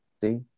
see